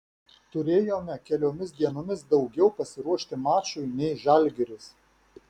turėjome keliomis dienomis daugiau pasiruošti mačui nei žalgiris